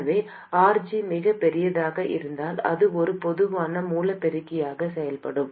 எனவே RG மிகப் பெரியதாக இருந்தால் அது ஒரு பொதுவான மூலப் பெருக்கியாகச் செயல்படும்